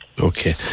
Okay